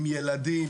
עם ילדים,